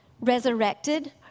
resurrected